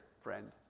friend